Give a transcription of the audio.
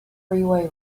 freeway